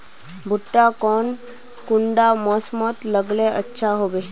भुट्टा कौन कुंडा मोसमोत लगले अच्छा होबे?